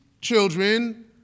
children